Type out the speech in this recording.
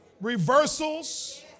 reversals